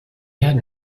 had